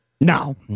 No